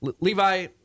Levi